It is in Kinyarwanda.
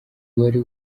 wari